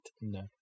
No